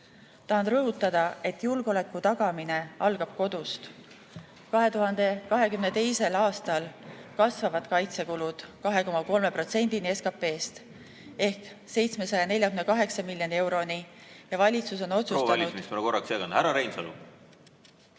Tahan rõhutada, et julgeoleku tagamine algab kodust. 2022. aastal kasvavad kaitsekulud 2,3%‑ni SKP‑st ehk 748 miljoni euroni ja valitsus on otsustanud ... Proua välisminister, ma korraks segan. Härra Reinsalu!